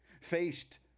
faced